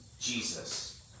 Jesus